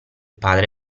padre